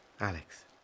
Alex